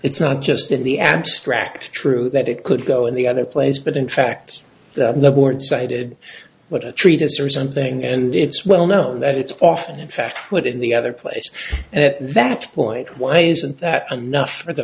it's not just in the abstract true that it could go in the other place but in fact the board cited what a treatise or something and it's well known that it's often in fact put in the other place and at that point why isn't that enough for the